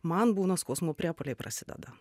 man būna skausmo priepuoliai prasideda